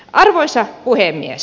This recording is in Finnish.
arvoisa puhemies